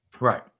Right